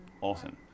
Awesome